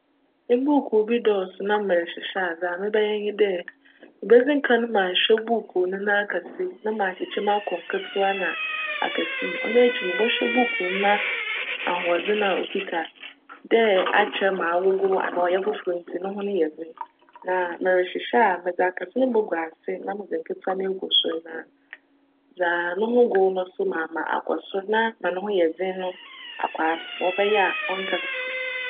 Mbuukuu bi dccso na merehyehyj a, dza mebjyj nye dj, mebedzi kan m'ahwj buukuu no n'akjse na m'akyekyj mu akc nketsewa na akjse. Cno ekyir no mobchwj buukuu no n'ahocdzen a okitsa dj akyjr ma agogow anaa cyj fofor ntsi no ho no yj dzen. Na merehyehyj a, medze akjse no bogu ase na medze nketsewa no egu sor na dza no ho gow no so maa ma akc sor na ma no ho yj dzen no akc ase ma cbjyj a cnkjtsetsew.